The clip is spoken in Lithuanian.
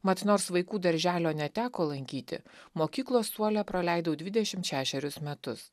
mat nors vaikų darželio neteko lankyti mokyklos suole praleidau dvidešimt šešerius metus